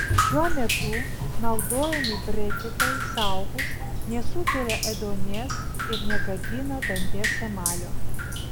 šiuo metu naudojami breketai saugūs nesukelia ėduonies ir negadina danties emalio